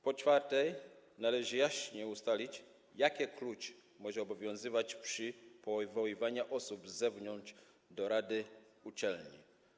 Po czwarte, należy jaśniej ustalić, jaki klucz może obowiązywać przy powoływaniu osób z zewnątrz do rady uczelni.